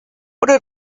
oder